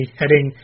heading